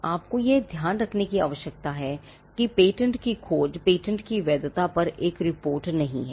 आपको यह ध्यान रखने की आवश्यकता है कि पेटेंट की खोज पेटेंट की वैधता पर एक रिपोर्ट नहीं है